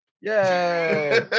Yay